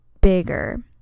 bigger